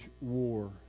war